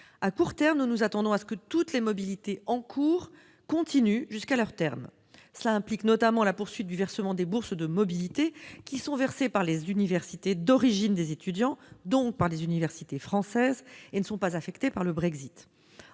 À court terme, nous nous attendons à ce que toutes les mobilités en cours continuent jusqu'à leur terme. Cela implique notamment la poursuite du versement des bourses de mobilité, qui sont attribuées par les universités d'origine des étudiants, donc par les universités françaises, et ne sont pas affectées par le Brexit.